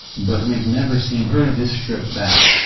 but we've never seen her this stripped back.